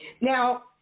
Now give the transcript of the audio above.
now